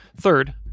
third